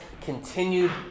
continued